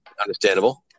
Understandable